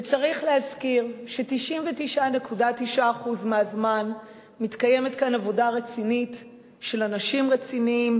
וצריך להזכיר ש-99.9% מהזמן מתקיימת כאן עבודה רצינית של אנשים רציניים,